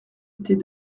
était